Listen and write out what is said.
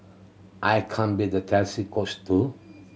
I can be the Chelsea Coach too